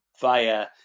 via